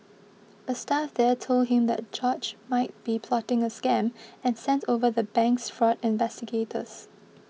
a staff there told him that George might be plotting a scam and sent over the bank's fraud investigators